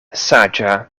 saĝa